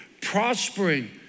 Prospering